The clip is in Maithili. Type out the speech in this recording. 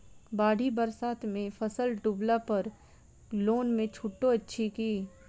बाढ़ि बरसातमे फसल डुबला पर लोनमे छुटो अछि की